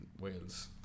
Wales